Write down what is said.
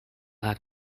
have